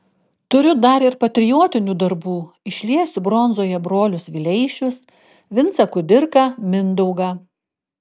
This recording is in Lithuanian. turiu dar ir patriotinių darbų išliesiu bronzoje brolius vileišius vincą kudirką mindaugą